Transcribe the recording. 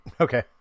Okay